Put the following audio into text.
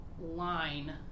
line